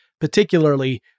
particularly